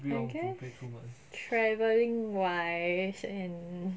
I guess travelling wise and